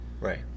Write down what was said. Right